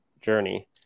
journey